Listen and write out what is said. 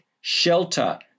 shelter